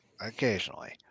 Occasionally